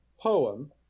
poem